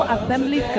Assembly